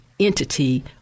entity